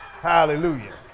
Hallelujah